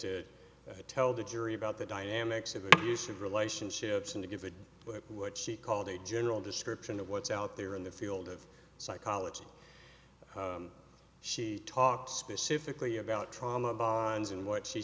to tell the jury about the dynamics of the use of relationships and to give it what she called a general description of what's out there in the field of psychology she talked specifically about trauma bonds and what she